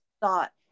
thought